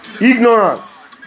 ignorance